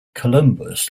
columbus